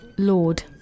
Lord